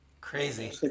crazy